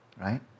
right